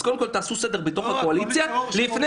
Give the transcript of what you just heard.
אז קודם כול תעשו סדר בתוך הקואליציה לפני